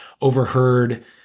overheard